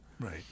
Right